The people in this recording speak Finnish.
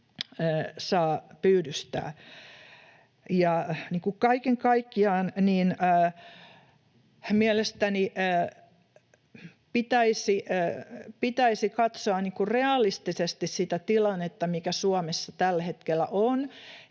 saa pyydystää. Kaiken kaikkiaan mielestäni pitäisi katsoa realistisesti sitä tilannetta, mikä Suomessa tällä hetkellä on,